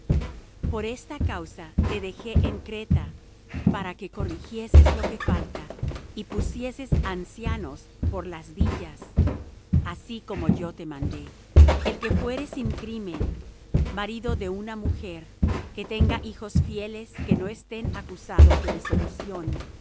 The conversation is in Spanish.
por esta causa te dejé en creta para que corrigieses lo que falta y pusieses ancianos por las villas así como yo te mandé el que fuere sin crimen marido de una mujer que tenga hijos fieles que no estén acusados de disolución